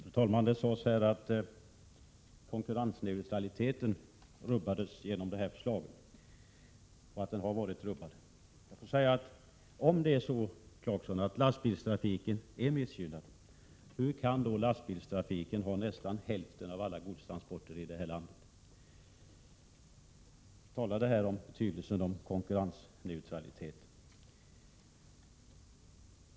Fru talman! Det sades här att konkurrensneutraliteten har varit rubbad och kommer att rubbas än mer genom det här förslaget. Men om lastbilstrafiken är missgynnad, Rolf Clarkson, hur kan den då ha nästan hälften av alla godstransporter i det här landet? Vi talade här om betydelsen av konkurrensneutralitet.